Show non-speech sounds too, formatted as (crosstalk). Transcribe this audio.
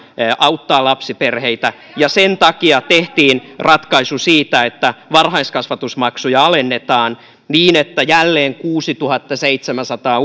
auttaa lapsiperheitä ja sen takia tehtiin ratkaisu siitä että varhaiskasvatusmaksuja alennetaan niin että jälleen kuusituhattaseitsemänsataa (unintelligible)